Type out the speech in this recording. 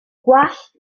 gwallt